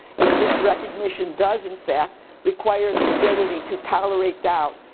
if this recognition does in fact require the ability to tolerate doubt,